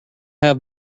have